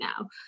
now